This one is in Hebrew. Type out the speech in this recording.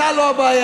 אתה לא הבעיה.